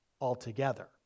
altogether